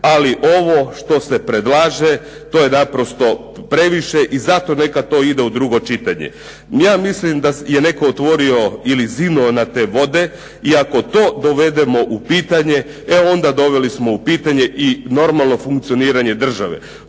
ali ovo što se predlaže to je naprosto previše i zato neka to ide u drugo čitanje. Ja mislim da je netko otvorio ili zinuo na te vode i ako to dovedemo u pitanje, e onda doveli smo u pitanje normalno funkcioniranje države.